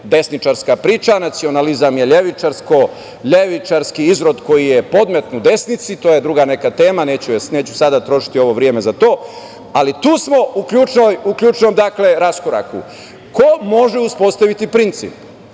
desničarska priča, nacionalizam je levičarski izrod koji je podmetnut desnici, to je druga neka tema neću sada trošiti ovo vreme za to, ali tu smo u ključnom raskoraku, ko može uspostaviti princip?